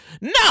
No